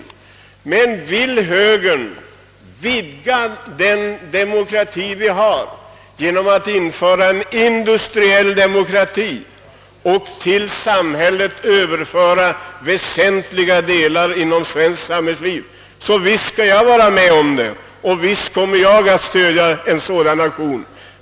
Om högern vill vidga den demokrati vi har till att även omfatta en industriell demokrati och till staten överföra väsentliga delar av svenskt samhällsnäringsliv, skall jag vara med på detta och kommer även att stödja en sådan aktion.